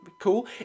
Cool